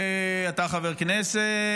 אתה חבר כנסת,